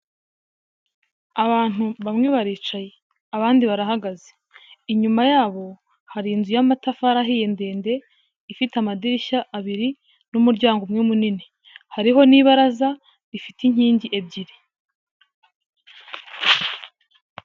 Abantu bamwe baricaye, abandi barahagaze. Inyuma ya bo hari inzu y'amatafari ahiye ndende ifite amadirishya abiri, n'umuryango umwe munini. Hariho n'ibaraza rifite inkingi ebyiri.